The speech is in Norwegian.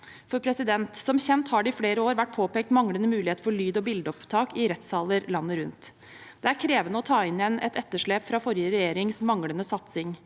området. Som kjent har det i flere år vært påpekt manglende mulighet for lyd- og bildeopptak i rettssaler landet rundt. Det er krevende å ta inn igjen et etterslep fra forrige regjerings manglende satsing,